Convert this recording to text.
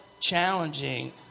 challenging